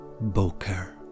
boker